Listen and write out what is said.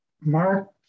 Mark